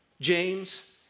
James